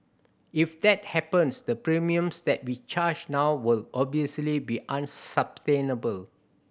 if that happens the premiums that we charge now will obviously be unsustainable